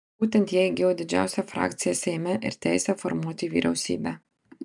būtent jie įgijo didžiausią frakciją seime ir teisę formuoti vyriausybę